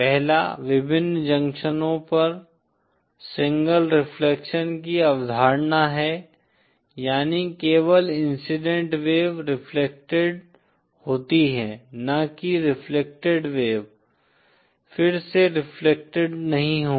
पहला विभिन्न जंक्शनों पर सिंगल रिफ्लेक्शन की अवधारणा है यानी केवल इंसिडेंट वेव रेफ्लेक्टेड होती है न कि रेफ्लेक्टेड वेव फिर से रेफ्लेक्टेड नहीं होगी